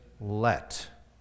let